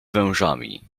wężami